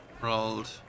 rolled